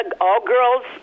all-girls